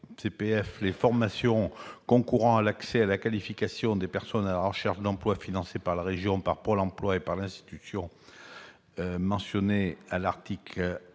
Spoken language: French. les « formations concourant à l'accès à la qualification des personnes à la recherche d'un emploi financées par les régions, par Pôle emploi et par l'institution mentionnée à l'article L.